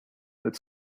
with